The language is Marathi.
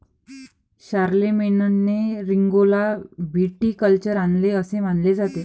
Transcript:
शारलेमेनने रिंगौला व्हिटिकल्चर आणले असे मानले जाते